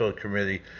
committee